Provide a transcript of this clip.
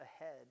ahead